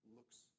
Looks